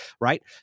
right